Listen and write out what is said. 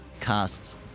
casts